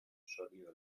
sólido